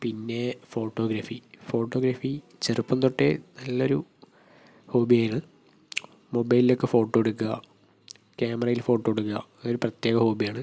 പിന്നെ photography photography ചെറുപ്പം തൊട്ടേ നല്ലൊരു ഹോബി ആണ് മൊബൈലിലൊക്കെ ഫോട്ടോ എടുക്കുക ക്യാമറയിൽ ഫോട്ടോ എടുക്കുക ഒരു പ്രത്യേക ഹോബിയാണ്